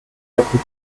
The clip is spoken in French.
appris